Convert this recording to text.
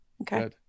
okay